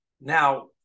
Now